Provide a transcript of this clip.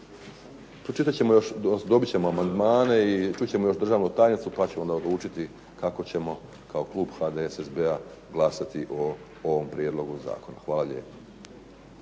koncesije. Dobit ćemo amandmane i čut ćemo državnu tajnicu pa ćemo odlučiti kako ćemo kao Klub HDSSB-a glasati o ovome Prijedlogu zakona. Hvala lijepa.